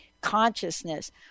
consciousness